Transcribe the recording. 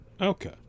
okay